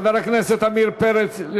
חבר הכנסת עמיר פרץ,